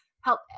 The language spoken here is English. help